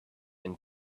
and